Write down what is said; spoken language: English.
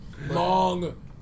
Long